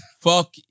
Fuck